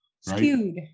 skewed